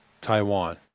Taiwan